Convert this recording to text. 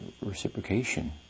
reciprocation